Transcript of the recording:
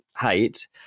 hate